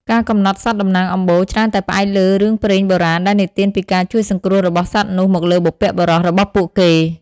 ការកំណត់សត្វតំណាងអំបូរ ច្រើនតែផ្អែកលើរឿងព្រេងបុរាណដែលនិទានពីការជួយសង្គ្រោះរបស់សត្វនោះមកលើបុព្វបុរសរបស់ពួកគេ។